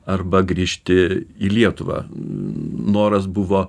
arba grįžti į lietuvą noras buvo